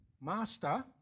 Master